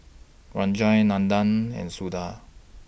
Rajan Nandan and Suda